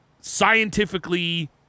scientifically